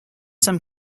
some